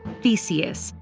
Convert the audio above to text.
theseus,